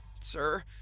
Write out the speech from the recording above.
sir